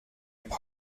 major